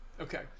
Okay